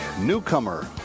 Newcomer